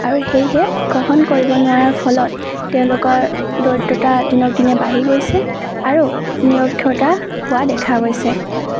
আৰু সেয়েহে গ্ৰহণ কৰিব নোৱাৰাৰ ফলত তেওঁলোকৰ দৰিদ্ৰতা দিনক দিনে বাঢ়ি গৈছে আৰু নিৰক্ষতা হোৱা দেখা গৈছে